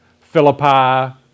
Philippi